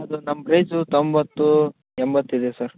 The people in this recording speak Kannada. ಅದು ನಮ್ಮ ಪ್ರೈಸು ತೊಂಬತ್ತು ಎಂಬತ್ತು ಇದೆ ಸರ್